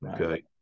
Okay